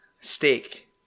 steak